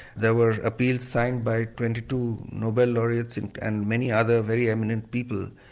there were appeals signed by twenty two nobel laureates and and many other very imminent people.